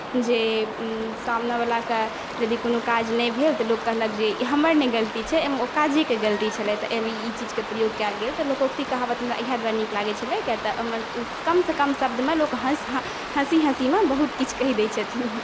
जे सामनेवला के यदि कोनो काज नहि भेल तऽ लोक कहलक कि हमर नहि गलती छै ओ काजेके गलती छलै एहिमे ई चीजके प्रयोग कयल गेल लोकोक्ति कहावत हमरा एहि दुआरे नीक लागय छलै कियाक तऽ ओहिमे कमसँ कम शब्दमे लोक हँसी हँसीमे बहुत किछु कहि दैत छथिन